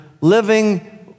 living